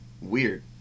weird